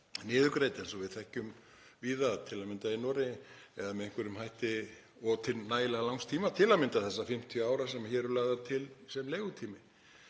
niðurgreidd eins og við þekkjum víða, til að mynda í Noregi, eða með einhverjum hætti og til nægilega langs tíma, til að mynda þessa 50 ára sem hér eru lögð til sem leigutími.